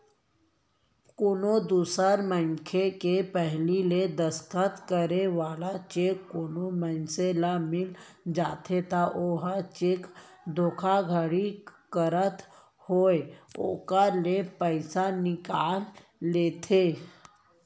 कोनो दूसर मनसे के पहिली ले दस्खत करे वाला चेक कोनो मनसे ल मिल जाथे त ओहा चेक धोखाघड़ी करत होय ओखर ले पइसा निकाल लेथे